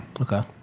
Okay